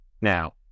Now